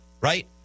right